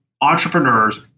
entrepreneurs